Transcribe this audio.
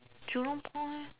Jurong point